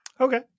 Okay